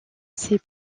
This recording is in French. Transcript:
ses